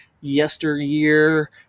yesteryear